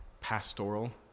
pastoral